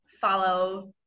follow